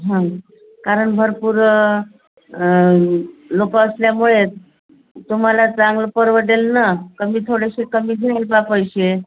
कारण भरपूर लोक असल्यामुळे तुम्हाला चांगलं परवडेल ना कमी थोडेसे कमी घ्याल बा पैसे